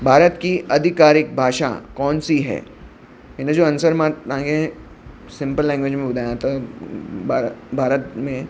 भारत की अधिकारिक भाषा कौन सी है हिनजो अंसर मां तव्हांखे सिम्पल लैंग्वेज में ॿुधायां थो भारत भारत में